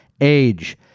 age